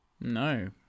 No